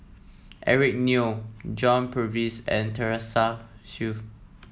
Eric Neo John Purvis and Teresa Hsu